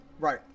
right